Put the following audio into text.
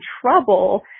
trouble